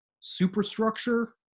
superstructure